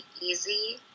easy